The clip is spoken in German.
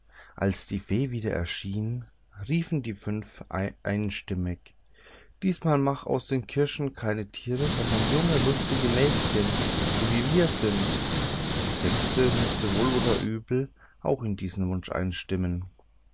als die fee wieder erschien riefen die fünfe einstimmig diesmal mach aus den kirschen keine tiere sondern junge lustige mädchen so wie wir sind die sechste mußte wohl oder übel auch in diesen wunsch einstimmen